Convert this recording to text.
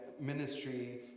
ministry